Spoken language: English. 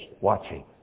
watching